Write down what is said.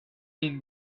been